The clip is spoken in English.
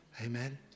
Amen